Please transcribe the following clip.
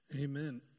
Amen